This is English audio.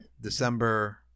December